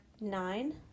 nine